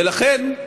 ולכן,